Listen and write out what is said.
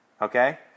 okay